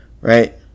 right